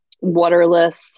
Waterless